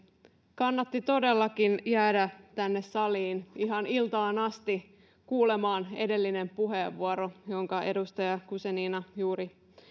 kannatti todellakin jäädä tänne saliin ihan iltaan asti kuulemaan edellinen puheenvuoro jonka edustaja guzenina juuri